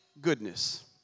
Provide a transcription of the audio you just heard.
goodness